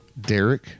Derek